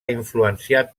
influenciat